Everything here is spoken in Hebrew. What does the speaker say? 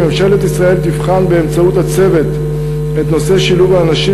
ממשלת ישראל תבחן באמצעות הצוות את נושא שילוב האנשים